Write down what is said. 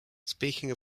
speaking